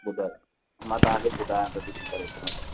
ॿुधरु मां तव्हां खे ॿुधायां थो ॾिसी करे हिकु मिंट